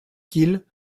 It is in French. kil